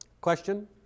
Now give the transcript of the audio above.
Question